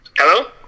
Hello